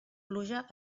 pluja